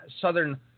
southern